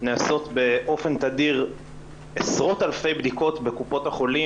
נעשות באופן תדיר עשרות אלפי בדיקות בקופות החולים.